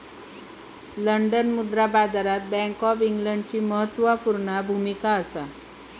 London मुद्रा बाजारात bank of इंग्लंडची म्हत्त्वापूर्ण भुमिका असा